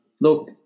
Look